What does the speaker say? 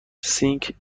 سینک